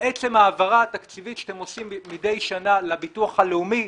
עצם ההעברה התקציבית שאתם עושים מדי שנה לביטוח הלאומי,